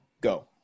go